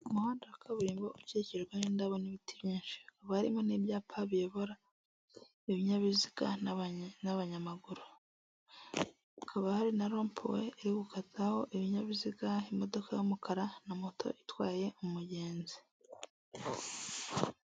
Kizimyamwoto, iyingiyi ishobora kugufasha mu gihe mu nyubako habaye inkongi y'umuriro, kubera yuko iba iri hafi, ushobora guhita uyifashisha, ugakumira iyo nkongi y'umuriro itaraba nini.